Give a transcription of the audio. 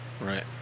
Right